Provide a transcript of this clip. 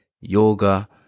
yoga